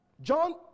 John